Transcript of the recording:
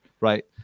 right